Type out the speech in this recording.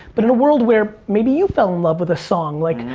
but in a world where maybe you fell in love with a song, like,